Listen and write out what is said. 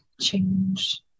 change